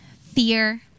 fear